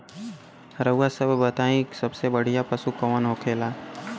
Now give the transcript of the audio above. रउआ सभ बताई सबसे बढ़ियां पशु कवन होखेला?